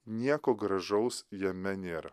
nieko gražaus jame nėra